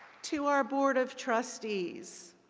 to our board of trustees,